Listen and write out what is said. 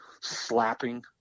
slapping